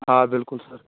آ بالکل سَر